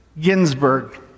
Ginsburg